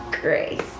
grace